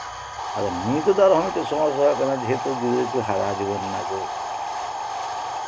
ᱟᱫᱚ ᱱᱤᱛᱚᱜ ᱫᱚ ᱟᱨᱦᱚᱸ ᱢᱤᱫᱴᱮᱱ ᱥᱚᱢᱚᱥᱥᱟ ᱦᱩᱭᱩᱜ ᱠᱟᱱᱟ ᱡᱮᱦᱮᱛᱩ ᱜᱤᱫᱽᱨᱟᱹ ᱠᱚ ᱦᱟᱨᱟ ᱡᱩᱣᱟᱹᱱ ᱱᱟᱠᱚ